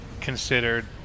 considered